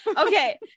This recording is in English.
Okay